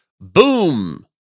Boom